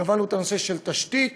קבענו את הנושא של תשתית,